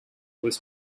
was